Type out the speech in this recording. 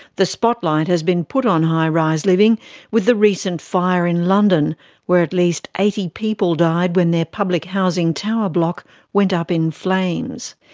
the spotlight has been put on high-rise living with the recent fire in london where at least eighty people died when their public housing tower block went up in flames.